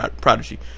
Prodigy